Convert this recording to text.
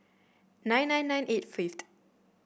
nine nine nine eight fifth